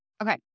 Okay